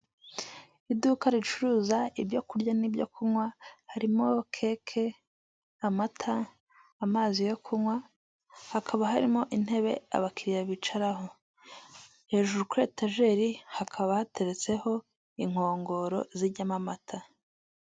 Iduka ricuruza ibyo kurya n'ibyo kunywa harimo keke, amata, amazi yo kunywa, hakaba harimo intebe abakiriya bicaraho. Hejuru kuri etajeri hakaba hateretseho inkongoro zijyamo amata.